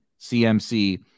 CMC